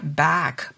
back